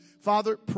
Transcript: Father